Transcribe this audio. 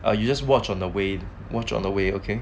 or you just watch on the way watch on the way okay